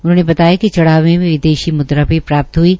उन्होंने बताया कि चढ़ावे मे विदेशी मुद्रा भी प्राप्त हई है